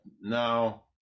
now